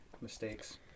mistakes